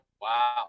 Wow